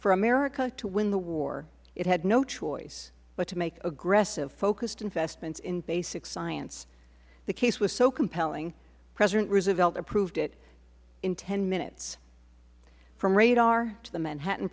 for america to win the war it had no choice but to make aggressive focused investments in basic science the case was so compelling president roosevelt approved it in ten minutes from radar to the manhattan